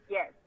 Yes